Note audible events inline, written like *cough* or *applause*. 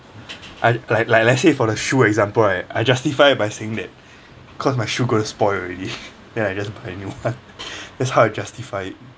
I like like let's say for the shoe example right I justify by saying that *breath* cause my shoe going to spoil already *laughs* then I just buy new one *laughs* that's how I justify it